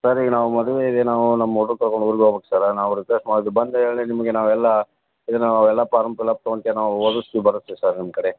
sir ಈಗ ನಾವು ಮದುವೆ ಇದೆ ನಾವು ನಮ್ಮ ಹುಡ್ರ್ ಕರ್ಕೊಂಡು ಊರಿಗೆ ಹೋಗ್ಬೇಕು ಸರ್ ನಾವು ರಿಕ್ವೆಸ್ಟ್ ಮಾಡಿದಿವಿ ಬಂದು ಹೇಳಿ ನಿಮಗೆ ನಾವು ಎಲ್ಲ ಏನು ಎಲ್ಲ ಪಾರಮ್ ಪಿಲಪ್ ತಗೊಂತೇವೆ ನಾವು ಓದುಸ್ತೀವಿ ಬರೆಸ್ತಿವಿ ಸರ್ ನಿಮ್ಮ ಕಡೆ